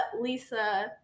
Lisa